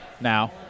now